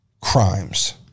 crimes